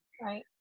Right